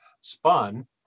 spun